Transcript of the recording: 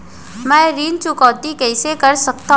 मैं ऋण चुकौती कइसे कर सकथव?